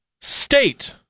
State